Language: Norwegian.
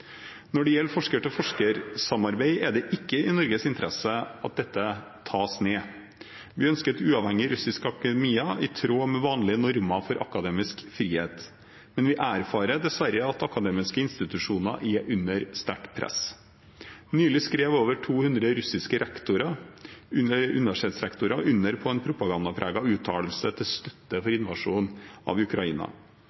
Når det gjelder forsker-til-forsker-samarbeid, er det ikke i Norges interesse at dette tas ned. Vi ønsker et uavhengig russisk akademia, i tråd med vanlige normer for akademisk frihet. Men vi erfarer dessverre at akademiske institusjoner er under sterkt press. Nylig skrev over 200 russiske universitetsrektorer under på en propagandapreget uttalelse til støtte for